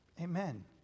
Amen